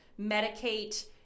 medicate